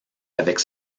avec